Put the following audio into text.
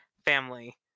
family